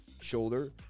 shoulder